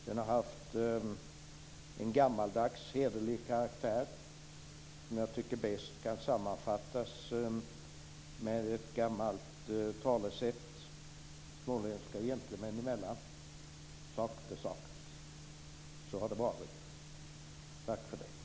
Den har haft en gammaldags och hederlig karaktär och som bäst kan sammanfattas med ett gammalt talesätt, småländska gentlemän emellan: Sagt är sagt. Så har det varit. Tack för det.